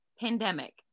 Pandemic